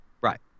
Right